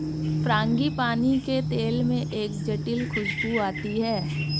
frangipani के तेल में एक जटिल खूशबू आती है